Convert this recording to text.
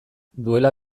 duela